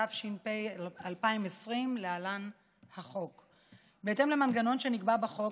התש"ף 2020. בהתאם למנגנון שנקבע בחוק,